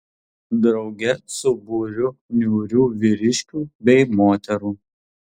drauge su būriu niūrių vyriškių bei moterų